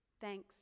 Thanks